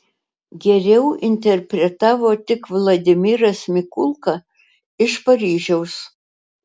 geriau interpretavo tik vladimiras mikulka iš paryžiaus